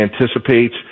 anticipates